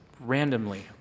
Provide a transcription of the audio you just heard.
randomly